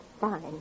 fine